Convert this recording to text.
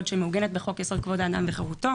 שמעוגנת בחוק-יסוד: כבוד האדם וחרותו,